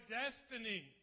destiny